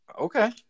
Okay